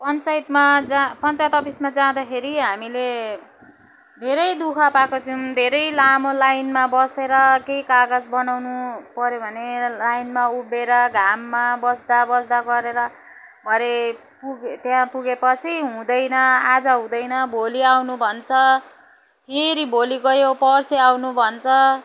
पञ्चायतमा जाँ पञ्चायत अफिसमा जाँदाखेरि हामीले धेरै दुःख पाएको थियौँ धेरै लामो लाइनमा बसेर केही कागज बनाउनुपर्यो भने लाइनमा उभिएर घाममा बस्दा बस्दा गरेर भरे पुगे त्यहाँ पुगेपछि हुँदैन आज हुँदैन भोलि आउनु भन्छ फेरि भोलि गयो पर्सि आउनु भन्छ